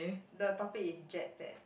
the topic is jetset